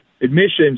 admissions